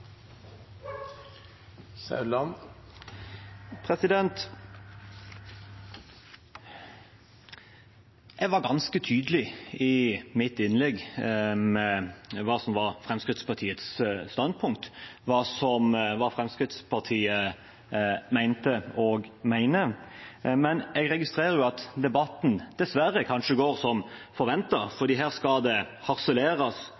var i mitt innlegg ganske tydelig på hva som var Fremskrittspartiets standpunkt, hva Fremskrittspartiet mente og mener, men jeg registrerer at debatten – dessverre kanskje – går som forventet, for her skal det harseleres.